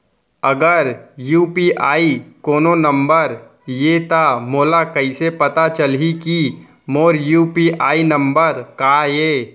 अगर यू.पी.आई कोनो नंबर ये त मोला कइसे पता चलही कि मोर यू.पी.आई नंबर का ये?